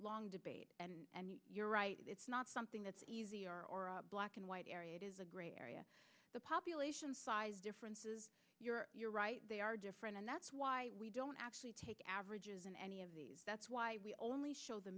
debate and you're right it's not something that's easy or black and white area it is a gray area the population difference is you're right they are different and that's why we don't actually take averages in any of these that's why we only show the